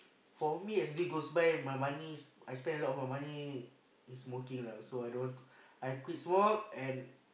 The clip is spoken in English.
for me as day goes by my moneys I spend a lot of my money in smoking lah so I don't want to I quit smoke and